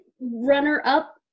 runner-up